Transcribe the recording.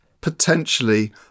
potentially